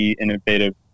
innovative